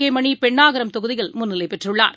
கேமணி பெண்ணாகரம் தொகுதியில் முன்னிலை பெற்றுள்ளார்